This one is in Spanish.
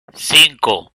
cinco